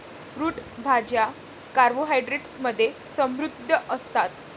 route भाज्या carbohydrates मध्ये समृद्ध असतात